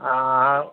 अहाँ